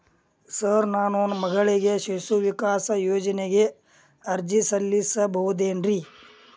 Sir ನಾನು ನನ್ನ ಮಗಳಿಗೆ ಶಿಶು ವಿಕಾಸ್ ಯೋಜನೆಗೆ ಅರ್ಜಿ ಸಲ್ಲಿಸಬಹುದೇನ್ರಿ?